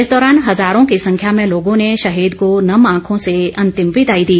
इस दौरान हजारों की संख्या में लोगों ने शहीद को नम आंखों से अंतिम विदाई दी